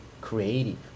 creative